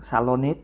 চালনীত